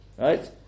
Right